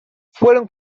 fueron